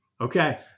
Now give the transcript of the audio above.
Okay